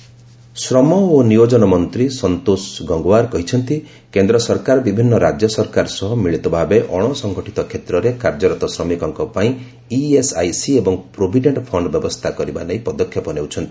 ESIC ଶ୍ରମ ଓ ନିୟୋଜନ ମନ୍ତ୍ରୀ ସନ୍ତୋଷ ଗଙ୍ଗୱାର କହିଛନ୍ତି କେନ୍ଦ୍ର ସରକାର ବିଭିନ୍ନ ରାଜ୍ୟ ସରକାର ସହ ମିଳିତ ଭାବେ ଅଣସଂଗଠିତ କ୍ଷେତ୍ରରେ କାର୍ଯ୍ୟରତ ଶ୍ରମିକଙ୍କ ପାଇଁ ଇଏସ୍ଆଇସି ଏବଂ ପ୍ରୋଭିଡେଣ୍ଟ ଫଣ୍ଡ୍ ବ୍ୟବସ୍ଥା କରିବା ନେଇ ପଦକ୍ଷେପ ନେଉଛନ୍ତି